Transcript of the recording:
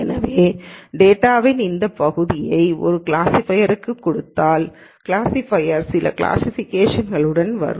எனவே டேட்டாவின் இந்த பகுதியை நான் கிளாஸிஃபையர்க்கு கொடுத்தால் கிளாஸிஃபையர் சில கிளாசிஃபிகேஷன்களுடன் வரும்